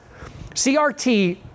CRT